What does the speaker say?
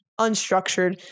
unstructured